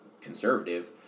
conservative